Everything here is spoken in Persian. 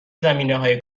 زمینههای